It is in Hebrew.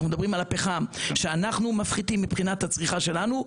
אנחנו מדברים על הפחם שאנחנו מפחיתים מבחינת הצריכה שלנו,